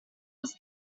was